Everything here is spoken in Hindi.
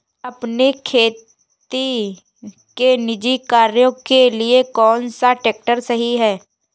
अपने खेती के निजी कार्यों के लिए कौन सा ट्रैक्टर सही है?